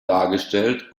dargestellt